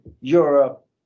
Europe